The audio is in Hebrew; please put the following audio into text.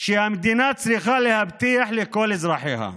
שהמדינה צריכה להבטיח לכל אזרחיה,